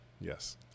Yes